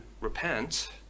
repent